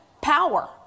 power